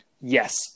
Yes